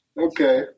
Okay